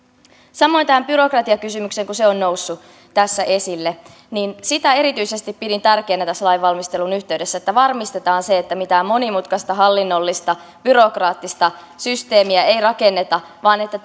samoin tähän byrokratiakysymykseen kun se on noussut tässä esille sitä erityisesti pidin tärkeänä tässä lain valmistelun yhteydessä että varmistetaan että mitään monimutkaista hallinnollista byrokraattista systeemiä ei rakenneta vaan että